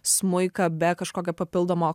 smuiką be kažkokio papildomo